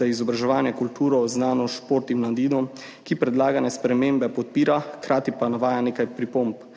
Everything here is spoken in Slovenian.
za izobraževanje, kulturo, znanost, šport in mladino, ki predlagane spremembe podpira, hkrati pa navedel nekaj pripomb.